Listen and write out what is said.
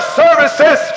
services